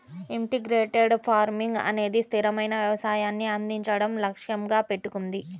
integrated farming అనేది స్థిరమైన వ్యవసాయాన్ని అందించడం లక్ష్యంగా పెట్టుకుంది